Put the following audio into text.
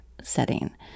setting